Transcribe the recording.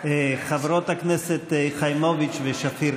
חברות הכנסת חיימוביץ' ושפיר,